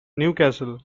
newcastle